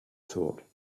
thought